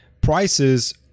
prices